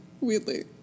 weirdly